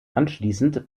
anschließend